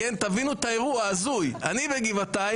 תבינו את האירוע ההזוי: אני בגבעתיים,